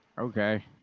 Okay